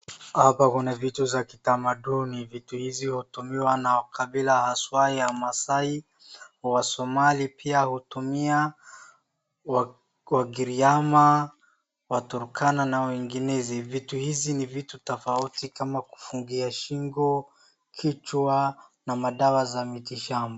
Hapa kuna vitu za kitamaduni. Vitu hizi hutumiwa na kabila haswa ya Maasai, Wasomali pia hutumia, Wagiriama, Waturkana na wenginezi. Vitu hizi ni vitu tofauti kama kufungia shingo, kichwa na madawa za mitishamba